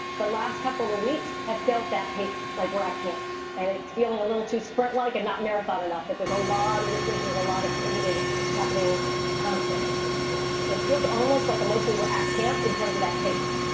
the last couple of weeks have felt that pace like we're at camp and it's feeling a little too sprint, like and not marathon enough that there's a lot of decisions, a lot of pivoting happening constantly. and so it feels almost like emotionally we're at camp in terms of that pace